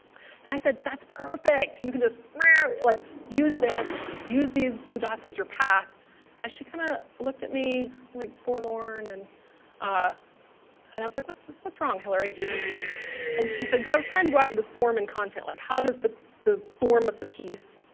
i said that's perfect you can just like use this use these blue dots as your path and she kind of looked at me like forlorn and ah and i was like what's what's wrong hilary and she said cuz i was trying to go after this form in content like how does the the form of the piece,